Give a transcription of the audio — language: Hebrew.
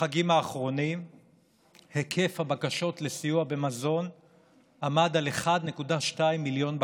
בחגים האחרונים היקף הבקשות לסיוע במזון עמד על 1.2 מיליון בקשות.